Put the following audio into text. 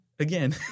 Again